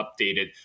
updated